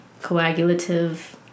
coagulative